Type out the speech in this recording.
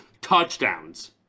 touchdowns